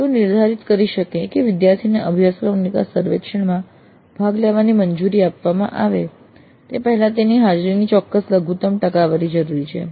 તેઓ નિર્ધારિત કરી શકે કે વિદ્યાર્થીને અભ્યાસક્રમ નિકાસ સર્વેક્ષણમાં ભાગ લેવાની મંજૂરી આપવામાં આવે તે પહેલાં હાજરીની ચોક્કસ લઘુત્તમ ટકાવારી જરૂરી છે